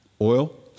oil